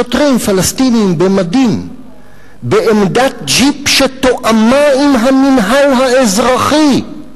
שוטרים פלסטינים במדים בעמדת ג'יפ שתואמה עם המינהל האזרחי,